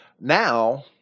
Now